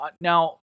now